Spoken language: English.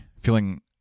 feeling